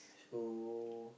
so